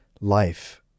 life